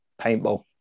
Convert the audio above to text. paintball